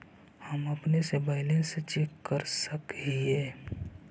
हम अपने से बैलेंस चेक कर सक हिए?